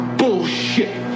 bullshit